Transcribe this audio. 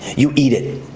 you eat it.